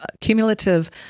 cumulative